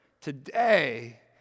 today